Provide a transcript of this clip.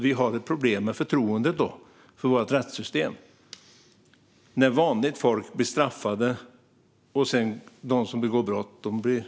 Vi har ett problem med förtroendet för vårt rättssystem när vanligt folk blir straffade och de som begår brott blir friade.